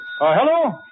hello